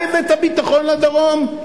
אתה הבאת ביטחון לדרום?